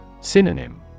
Synonym